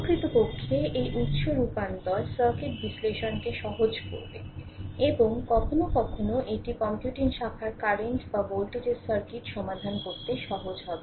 প্রকৃতপক্ষে এই উৎস রূপান্তর সার্কিট বিশ্লেষণকে সহজ করবে এবং কখনও কখনও এটি কম্পিউটিং শাখার কারেন্ট বা ভোল্টেজের সার্কিট সমাধান করতে সহজ হবে